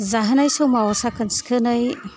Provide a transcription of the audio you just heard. जाहोनाय समाव साखोन सिखोनै